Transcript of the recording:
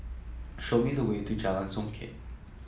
show me the way to Jalan Songket